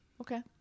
Okay